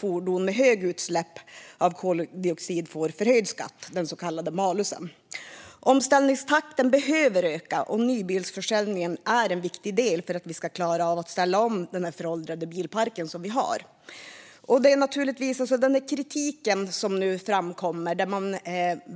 Fordon med höga utsläpp av koldioxid får i stället förhöjd skatt, den så kallade malusen. Omställningstakten behöver öka, och nybilsförsäljningen är en viktig del för att vi ska klara av att ställa om den föråldrade bilpark som vi har. Det framkommer en kritik där man